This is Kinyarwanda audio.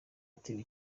atewe